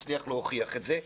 להוכיח את זה,